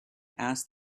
asked